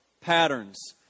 patterns